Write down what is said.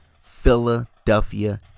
Philadelphia